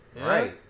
right